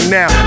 now